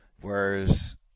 Whereas